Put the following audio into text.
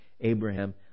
Abraham